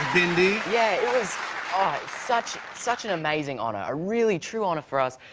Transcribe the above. bindi. yeah, it was ah such such an amazing honor. a really, true honor for us,